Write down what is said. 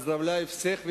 (אומר דברים בשפה הרוסית,